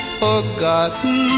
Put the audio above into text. forgotten